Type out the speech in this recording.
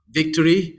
victory